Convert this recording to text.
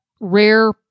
rare